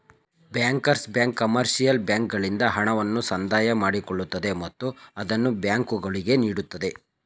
bankers bank commercial ಬ್ಯಾಂಕ್ಗಳಿಂದ ಹಣವನ್ನು ಸಂದಾಯ ಮಾಡಿಕೊಳ್ಳುತ್ತದೆ ಮತ್ತು ಅದನ್ನು ಬ್ಯಾಂಕುಗಳಿಗೆ ನೀಡುತ್ತದೆ